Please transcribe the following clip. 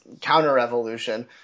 counter-revolution